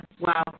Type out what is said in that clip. wow